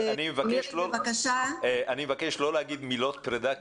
אני מבקש לא להגיד מילות פרידה,